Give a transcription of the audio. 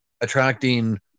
attracting